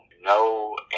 no